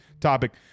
topic